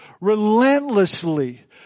relentlessly